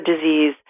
disease